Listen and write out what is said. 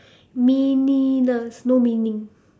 meaningless no meaning